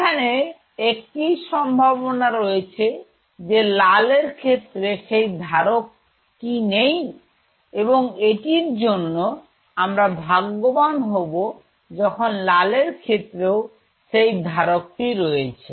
এখানে একটিই সম্ভাবনা রয়েছে যে লাল এর ক্ষেত্রে সেই ধারক কি নেই এবং এটির জন্য আমরা ভাগ্যবান হব যখন লালের ক্ষেত্রেও সেই ধারক টি রয়েছে